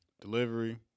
delivery